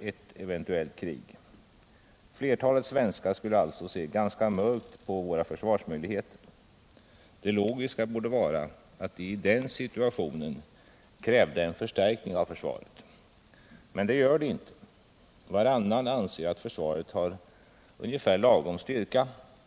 ett eventuellt krig. Flertalet svenskar skulle alltså se ganska mörkt på våra försvarsmöjligheter. Det logiska borde vara att de i den situationen krävde en förstärkning av försvaret. Men det gör de inte. Varannan anser att försvaret har ungefär lagom styrka.